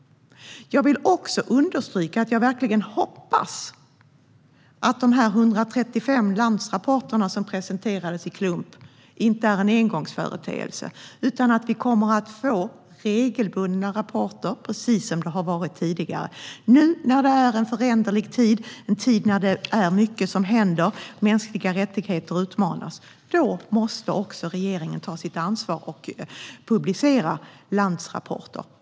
Jag vill understryka att jag verkligen hoppas att de 135 landrapporterna, som presenterades i klump, inte är en engångsföreteelse utan att vi kommer att få regelbundna rapporter, precis som tidigare. Nu är det en föränderlig tid. Det är en tid när mycket händer. Mänskliga rättigheter utmanas. Då måste regeringen ta sitt ansvar och publicera landrapporter.